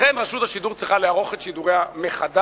לכן, רשות השידור צריכה לערוך את שידוריה מחדש,